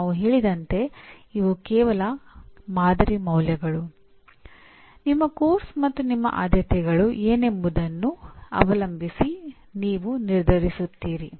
ನಾನು ಹೇಳಿದಂತೆ ಸ್ವಾಯತ್ತೇತರ ಸಂಸ್ಥೆಗಳನ್ನು ಹೊರತುಪಡಿಸಿ ಪ್ರಪಂಚದಾದ್ಯಂತದ ಎಲ್ಲಾ ಸ್ವಾಯತ್ತ ಸಂಸ್ಥೆಗಳಲ್ಲಿ ಪರಿಣಾಮಗಳನ್ನು ಶಿಕ್ಷಕರು ಬರೆಯುತ್ತಾರೆ